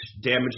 damage